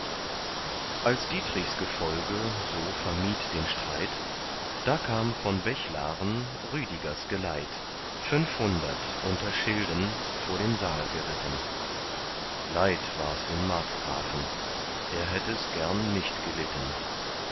als dietrichs gefolge so vermied den streit da kam von bechlaren rüdigers geleit fünfhundert unter schilden vor den saal geritten leid wars dem markgrafen er hätt es gern nicht gelitten